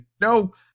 no